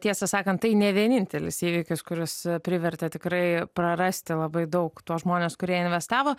tiesą sakant tai ne vienintelis įvykis kuris privertė tikrai prarasti labai daug tuos žmones kurie investavo